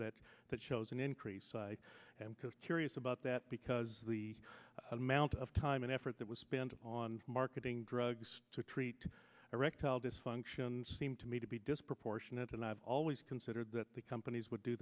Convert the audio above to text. that that shows an increase and because curious about that because the amount of time and effort that was spent on marketing drugs to treat erectile dysfunction seem to me to be disproportionate and i've always considered that the companies would do